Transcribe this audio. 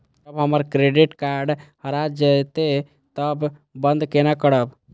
जब हमर credit card हरा जयते तब बंद केना करब?